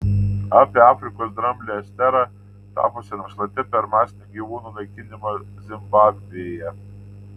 apie afrikos dramblę esterą tapusią našlaite per masinį gyvūnų naikinimą zimbabvėje